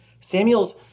Samuel's